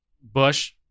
Bush